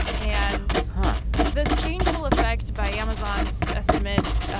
and this change will affect, by amazon's estimates,